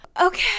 Okay